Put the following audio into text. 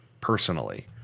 Personally